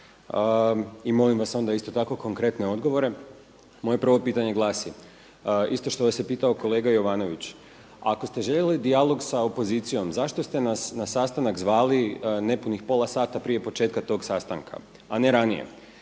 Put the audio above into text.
i molim vas onda isto tako konkretne odgovore. Moje prvo pitanje glasi isto što vas je pitao kolega Jovanović. Ako ste željeli dijalog sa opozicijom zašto ste nas na sastanak zvali nepunih pola sata prije početka tog sastanka, a ne ranije.